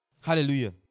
Hallelujah